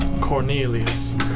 Cornelius